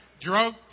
drug